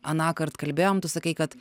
anąkart kalbėjom tu sakei kad